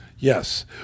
Yes